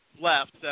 left